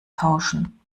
tauschen